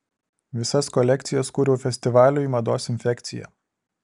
visas kolekcijas kūriau festivaliui mados infekcija